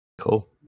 Cool